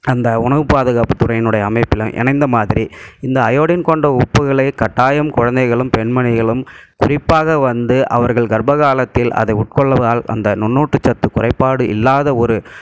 அந்த உணவு பாதுகாப்பு துறையினுடைய அமைப்பில் இணைந்த மாதிரி இந்த அயோடின் கொண்ட உப்புகளை கட்டாயம் குழந்தைகளும் பெண்மணிகளும் குறிப்பாக வந்து அவர்கள் கர்ப்பகாலத்தில் அதை உட்கொள்வதால் அந்த நுன்னூட்ட சத்து குறைபாடு இல்லாத ஒரு